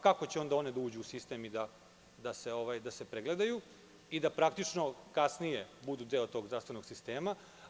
Kako će onda one da uđu u sistem, da se pregledaju i da praktično posle budu deo tog zdravstvenog sistema?